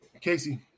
Casey